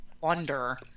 wonder